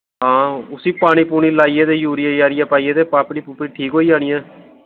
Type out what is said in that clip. हां उस्सी पानी पूनी लाइयै ते यूरिया यारिया पाइयै ते पापड़ी पूपड़ी ठीक होई जानी ऐ